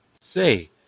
say